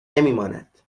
نمیماند